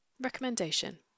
Recommendation